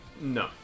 No